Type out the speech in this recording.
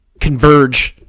converge